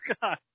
God